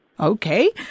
Okay